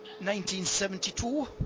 1972